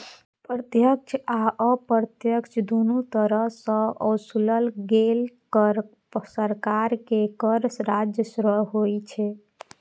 प्रत्यक्ष आ अप्रत्यक्ष, दुनू तरह सं ओसूलल गेल कर सरकार के कर राजस्व होइ छै